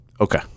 Okay